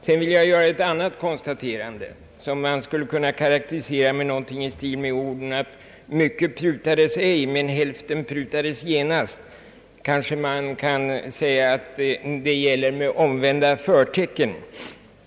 Sedan vill jag göra ett annat konstaterande, som man skulle kunna karaktärisera med någonting i stil med orden: »Mycket prutades ej, men hälften prutades genast.» Kanske man kan säga att det gäller med omvända förtecken.